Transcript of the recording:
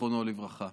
זיכרונו לברכה.